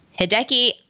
Hideki